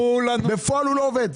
בפועל הוא לא עובד.